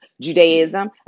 Judaism